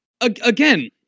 again